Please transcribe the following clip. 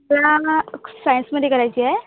सायन्समध्ये करायची आहे